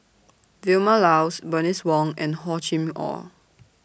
Vilma Laus Bernice Wong and Hor Chim Or